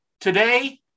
Today